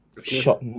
shot